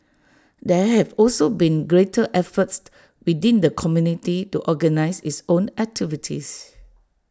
there have also been greater efforts within the community to organise its own activities